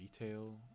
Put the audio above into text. retail